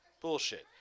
Bullshit